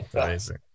Amazing